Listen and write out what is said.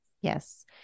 Yes